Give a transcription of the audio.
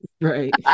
Right